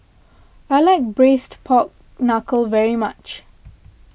I like Braised Pork Knuckle very much